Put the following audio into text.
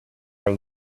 our